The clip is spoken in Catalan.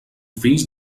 fills